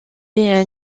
est